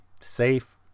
safe